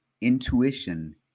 intuition